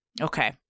okay